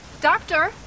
Doctor